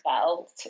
belt